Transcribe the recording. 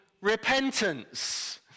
repentance